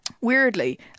weirdly